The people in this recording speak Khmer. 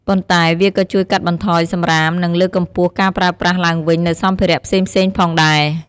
ប៉ុន្តែវាក៏ជួយកាត់បន្ថយសំរាម និងលើកកម្ពស់ការប្រើប្រាស់ឡើងវិញនូវសម្ភារៈផ្សេងៗផងដែរ។